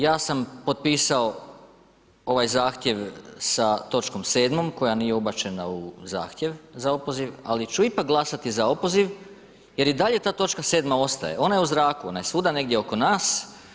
Ja sam potpisao ovaj zahtjev sa točkom 7. koja nije ubačena u zahtjev za opoziv ali ću ipak glasati za opoziv jer i dalje ta točka 7. ostaje, ona je u zraku, ona je svuda negdje oko nas.